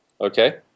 Okay